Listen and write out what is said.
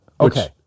Okay